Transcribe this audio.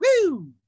Woo